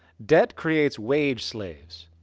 debt creates wage slaves.